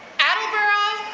attleboro,